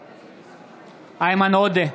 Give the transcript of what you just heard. בעד איימן עודה,